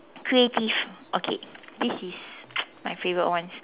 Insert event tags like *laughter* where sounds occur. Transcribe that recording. creative okay this is *noise* my favorite one